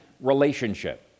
relationship